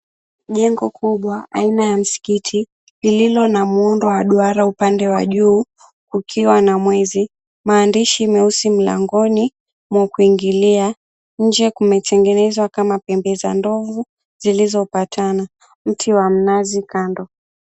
Jengo kubwa aina ya msikiti lililo na muundo wa duara upande wa juu kukiwa na mwezi. Maandishi meusi mlangoni mwa kuingilia. Nje kumetengenezwa kama pembe za ndovu zilizopatana. Mti wa mnazi kando.